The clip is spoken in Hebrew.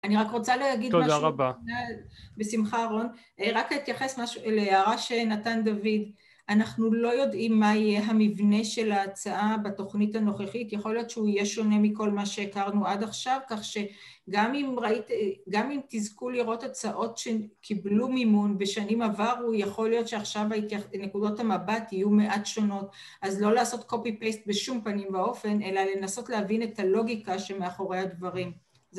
‫אני רק רוצה להגיד משהו... ‫-תודה רבה. ‫בשמחה, רון. ‫רק אתייחס להערה שנתן דוד, ‫אנחנו לא יודעים מה יהיה ‫המבנה של ההצעה בתוכנית הנוכחית. ‫יכול להיות שהוא יהיה שונה ‫מכל מה שהכרנו עד עכשיו, ‫כך שגם אם תזכו לראות הצעות ‫שקיבלו מימון בשנים עברו, ‫יכול להיות שעכשיו ‫נקודות המבט יהיו מעט שונות. ‫אז לא לעשות copy paste בשום פנים ואופן, ‫אלא לנסות להבין את הלוגיקה ‫שמאחורי הדברים.